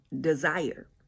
desire